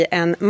en